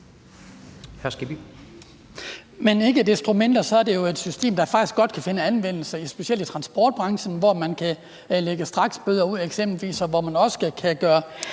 Men ikke desto mindre er det jo et system, der faktisk godt kan finde anvendelse i specielt transportbranchen, hvor man eksempelvis kan lægge straksbøder ud, og hvor man også kan gøre